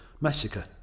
Massacre